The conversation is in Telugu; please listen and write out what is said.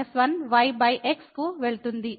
1yxకు వెళ్తుంది